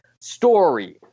story